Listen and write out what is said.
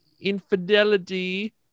infidelity